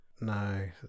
No